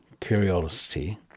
curiosity